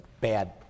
Bad